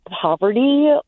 poverty